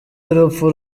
y’urupfu